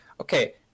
okay